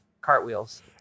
cartwheels